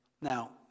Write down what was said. Now